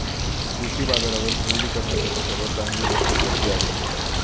कृषी बाजारावर खरेदी करण्यासाठी सर्वात चांगली गोष्ट कोणती आहे?